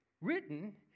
written